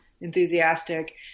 enthusiastic